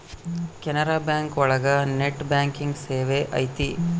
Canara bank ಒಳಗ net banking ಸೇವೆ ಐತಿ